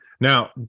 Now